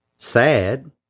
sad